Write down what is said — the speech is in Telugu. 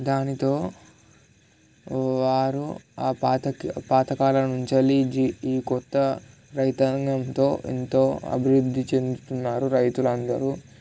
దానితో వారు ఆ పాత పాతకాలం నుంచి వెళ్ళి ఈ క్రొత్త రైతాంగంతో ఎంతో అభివృద్ధి చెందుతున్నారు రైతులు అందరూ